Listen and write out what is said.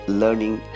learning